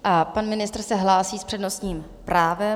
A pan ministr se hlásí s přednostním právem.